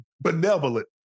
benevolent